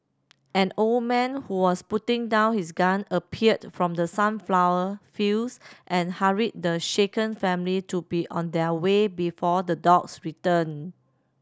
an old man who was putting down his gun appeared from the sunflower fields and hurried the shaken family to be on their way before the dogs return